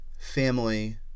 family